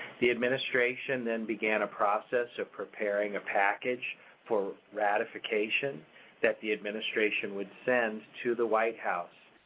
the administration then began a process of preparing a package for ratification that the administration would send to the white house.